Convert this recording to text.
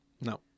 No